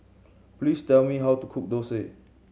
please tell me how to cook dosa